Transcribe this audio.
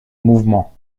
mouvements